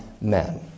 men